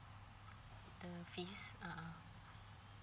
the fees uh uh